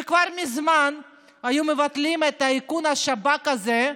וכבר מזמן היו מבטלים את איכון השב"כ הזה,